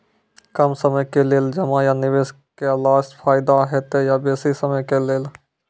कम समय के लेल जमा या निवेश केलासॅ फायदा हेते या बेसी समय के लेल?